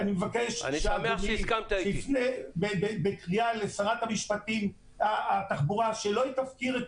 אני מבקש מאדוני שיפנה בפנייה לשרת התחבורה שלא תפקיר את